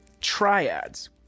triads